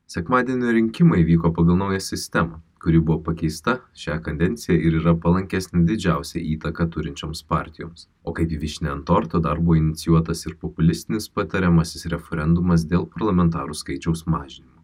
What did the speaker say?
sekmadienio rinkimai vyko pagal naują sistemą kuri buvo pakeista šią kadenciją ir yra palankesnė didžiausią įtaką turinčioms partijoms o kaip gi vyšnia ant torto darbui inicijuotas ir populistinis patariamasis referendumas dėl parlamentarų skaičiaus mažinimo